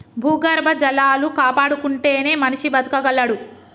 భూగర్భ జలాలు కాపాడుకుంటేనే మనిషి బతకగలడు